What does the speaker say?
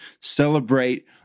celebrate